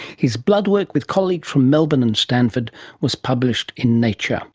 his blood work with colleagues from melbourne and stanford was published in nature